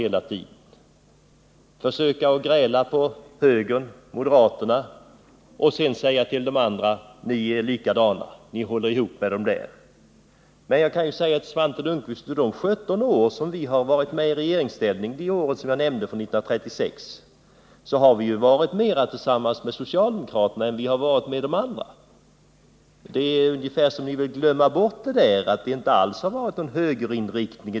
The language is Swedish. Man grälar på moderaterna, och sedan säger man till de andra: Ni är likadana, ni håller ihop med dem. Men, Svante Lundkvist, under de 17 år sedan 1936 som vi varit med i regeringsställning har vi varit mera tillsammans med socialdemokraterna än vi har varit med de andra partierna. Det verkar som om ni ville glömma bort att det förhållit sig så, att det inte alls handlar om någon högerinriktning.